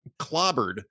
clobbered